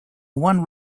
one